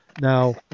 Now